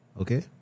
okay